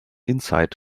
insight